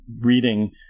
reading